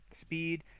speed